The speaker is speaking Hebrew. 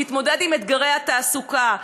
להתמודד עם אתגרי התעסוקה,